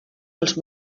els